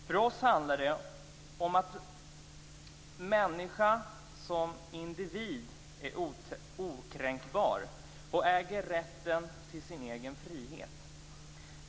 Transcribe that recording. För oss handlar det om att människan som individ är okränkbar och äger rätten till sin egen frihet.